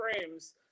frames